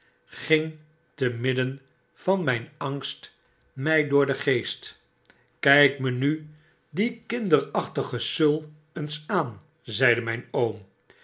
ging te midden van mijn angst mij door den geest kijk me nu dien kinderachtigen sul eens aan zeide mijn oom